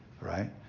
right